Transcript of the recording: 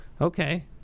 okay